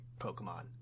Pokemon